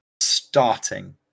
starting